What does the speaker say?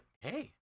Hey